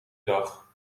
dag